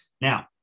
Now